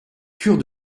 cure